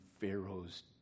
Pharaoh's